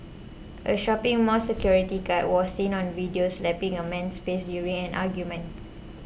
a shopping mall security guard was seen on video slapping a man's face during an argument